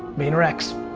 vayner x.